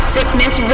Sickness